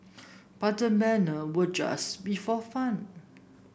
but the manner would just be for fun